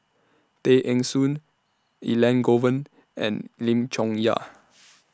Tay Eng Soon Elangovan and Lim Chong Yah